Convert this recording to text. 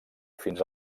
fins